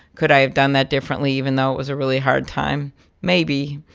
could i have done that differently even though it was a really hard time maybe,